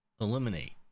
eliminate